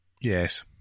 Yes